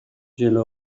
جلو